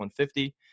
150